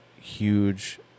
huge